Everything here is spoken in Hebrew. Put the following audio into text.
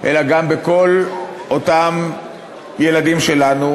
אלא גם לכל אותם ילדים שלנו,